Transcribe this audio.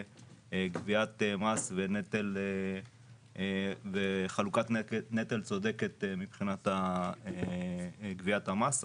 גביית מס וחלוקת נטל צודקת מבחינת גביית המס.